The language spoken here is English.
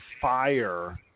fire